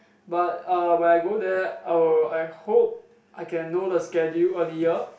but uh when I go there I will I hope I can know the schedule earlier